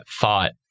thought